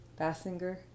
bassinger